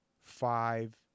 five